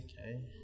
okay